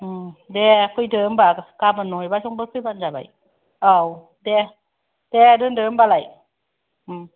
ओं दे फैदो होनबा गाबोन नहयबा संफोर फैबानो जाबाय औ दे दोनदो होनबालाय ओम